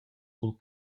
cul